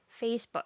facebook